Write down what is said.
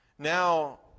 Now